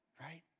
right